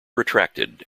retracted